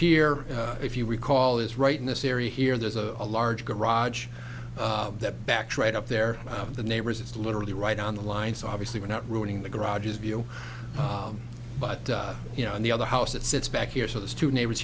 here if you recall is right in this area here there's a a large garage that backs right up there of the neighbors it's literally right on the line so obviously we're not ruining the garages view but you know on the other house it sits back here so there's two neighbors